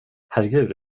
herregud